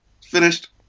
Finished